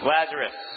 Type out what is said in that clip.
Lazarus